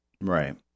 Right